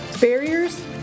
barriers